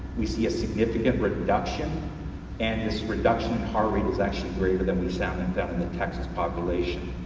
we see a significant reduction and this reduction of heart rate is actually greater than we found and in the texas population.